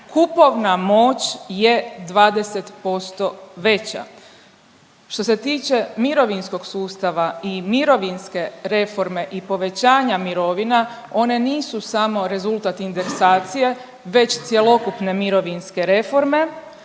kupovna moć je 20% veća. Što se tiče mirovinskog sustava i mirovinske reforme i povećanja mirovina one nisu samo rezultat indeksacije već cjelokupne mirovinske reforme,